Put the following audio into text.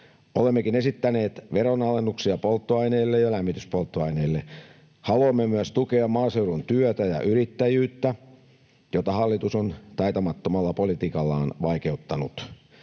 Olemmekin esittäneet veronalennuksia polttoaineille ja lämmityspolttoaineille. Haluamme myös tukea maaseudun työtä ja yrittäjyyttä, jota hallitus on taitamattomalla politiikallaan vaikeuttanut,